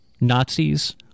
Nazis